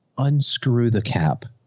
unscrew the cap.